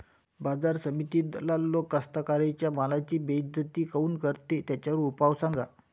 बाजार समितीत दलाल लोक कास्ताकाराच्या मालाची बेइज्जती काऊन करते? त्याच्यावर उपाव सांगा